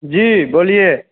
जी बोलिए